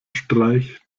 streich